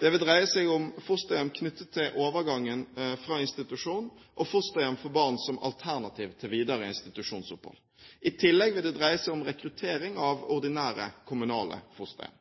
Det vil dreie seg om fosterhjem knyttet til overgangen fra institusjon og fosterhjem for barn som alternativ til videre institusjonsopphold. I tillegg vil det dreie seg om rekruttering av ordinære kommunale fosterhjem.